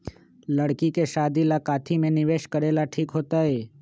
लड़की के शादी ला काथी में निवेस करेला ठीक होतई?